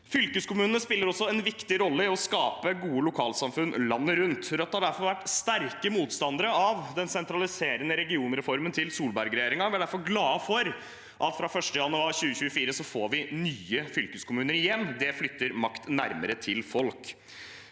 Fylkeskommunene spiller også en viktig rolle i å skape gode lokalsamfunn landet rundt. Rødt har derfor vært sterke motstandere av den sentraliserende regionreformen til Solberg-regjeringen, og vi er derfor glade for at vi fra 1. januar 2024 får nye fylkeskommuner igjen. Det flytter makt nærmere folk.